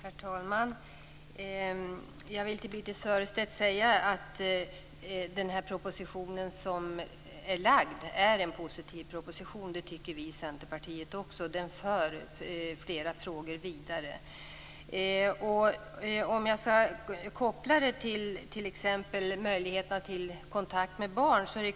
Herr talman! Jag vill till Birthe Sörestedt säga att den proposition som är framlagd är en positiv proposition. Det tycker vi i Centerpartiet också. Den för flera frågor vidare. Jag kan koppla det t.ex. till möjligheterna till kontakt med barn.